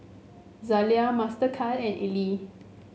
Zalia Mastercard and Elle